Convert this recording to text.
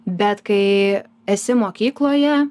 bet kai esi mokykloje